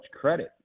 credit